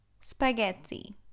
spaghetti